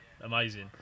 amazing